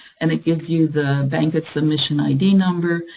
and it gives you the bankit submission id number,